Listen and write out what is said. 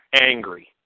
angry